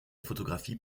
photographie